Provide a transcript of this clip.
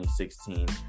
2016